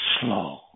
slow